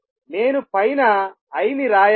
నేను పైన I అని రాయాలి